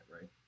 right